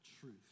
truth